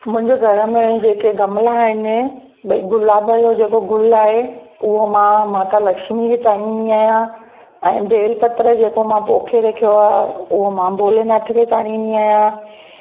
मुंहिंजे घर में जेके गमला आहिनि भई गुलाब जो जेको गुल आहे उहो मां माता लक्ष्मी खे चाढ़ींदी आहियां ऐं बेल पत्र जेको मां पोखे रखियो आहे उहो मां भोलेनाथ खे चाढ़ींदी आहियां